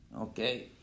okay